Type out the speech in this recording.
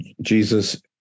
Jesus